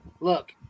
look